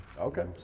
Okay